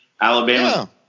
Alabama